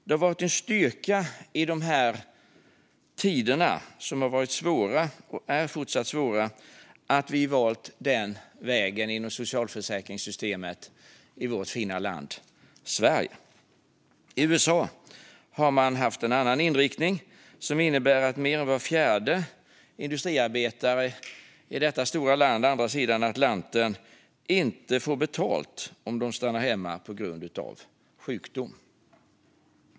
Det har varit en styrka i de här tiderna, som har varit svåra och är fortsatt svåra, att vi har valt den vägen inom socialförsäkringssystemet i vårt fina land Sverige. I USA har man haft en annan inriktning, som innebär att mer än var fjärde industriarbetare i detta stora land på andra sidan Atlanten inte får betalt om de stannar hemma på grund av sjukdom.